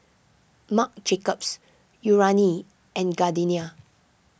Marc Jacobs Urana and Gardenia